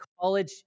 college